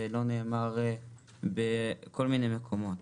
ולא נאמר בכל מיני מקומות.